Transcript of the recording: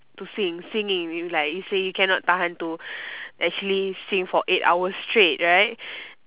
to sing singing you like you say you can not tahan to actually sing for like eight hours straight right